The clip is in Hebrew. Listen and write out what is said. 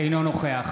אינו נוכח